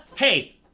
Hey